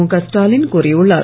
முக ஸ்டாவின் கோரியுள்ளார்